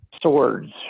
Swords